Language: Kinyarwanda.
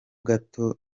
gato